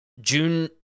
June